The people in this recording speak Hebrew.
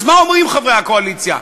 אז מה אומרים חברי הקואליציה?